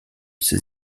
ses